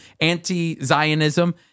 anti-Zionism